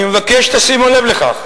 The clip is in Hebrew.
אני מבקש שתשימו לב לכך